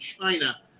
China